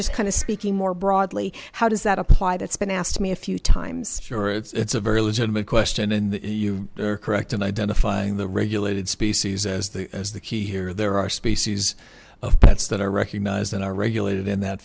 just kind of speaking more broadly how does that apply that's been asked me a few times your it's a very legitimate question and you are correct in identifying the regulated species as the as the key here there are species of pets that are recognized and are regulated in that